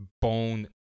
bone